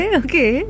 okay